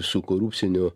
su korupcinio